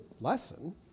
lesson